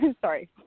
sorry